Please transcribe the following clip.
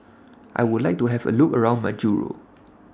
I Would like to Have A Look around Majuro